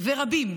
ורבים,